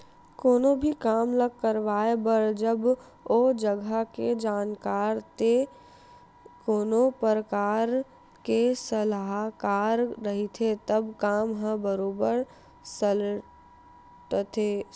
कोनो भी काम ल करवाए बर जब ओ जघा के जानकार ते कोनो परकार के सलाहकार रहिथे तब काम ह बरोबर सलटथे